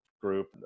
group